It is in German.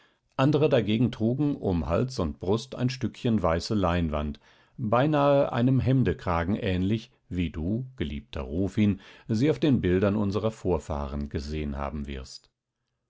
andere dagegen trugen um hals und brust ein stückchen weiße leinwand beinahe einem hemdekragen ähnlich wie du geliebter rufin sie auf den bildern unserer vorfahren gesehen haben wirst